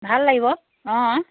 ভাল লাগিব অঁ